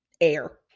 air